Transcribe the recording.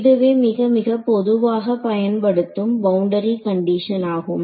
இதுவே மிக மிக பொதுவாக பயன்படுத்தும் பவுண்டரி கண்டிஷன் ஆகும்